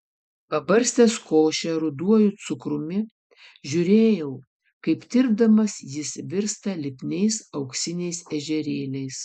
pabarstęs košę ruduoju cukrumi žiūrėjau kaip tirpdamas jis virsta lipniais auksiniais ežerėliais